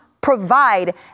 provide